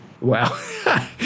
wow